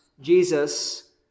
Jesus